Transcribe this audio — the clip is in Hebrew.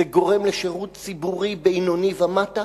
זה גורם לשירות ציבורי בינוני ומטה,